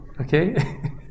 Okay